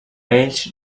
ells